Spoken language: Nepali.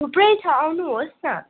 थुप्रै छ आउनुहोस् न